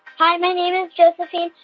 hi. my name is josephine.